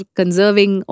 conserving